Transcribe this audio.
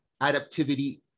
adaptivity